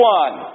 one